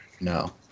No